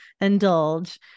indulge